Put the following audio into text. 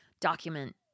document